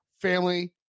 family